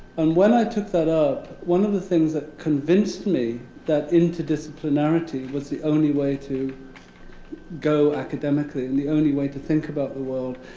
and when i took that up, one of the things that convinced me that interdisciplinarity was the only way to go, academically, and the only way to think about the world,